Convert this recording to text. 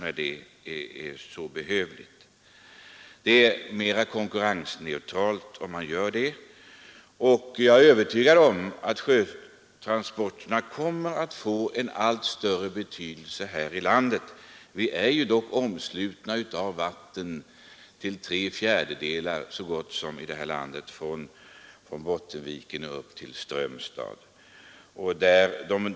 Om man gör så blir det mera konkurrensneutralt. Jag är övertygad om att sjötransporterna kommer att få en allt större betydelse här i landet; vi är ju dock till tre fjärdedelar omslutna av vatten i detta land ända från Bottniska viken och upp till Strömstad.